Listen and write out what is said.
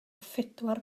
phedwar